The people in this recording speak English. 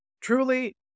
Truly